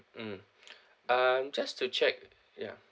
mm um just to check ya